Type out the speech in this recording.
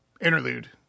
interlude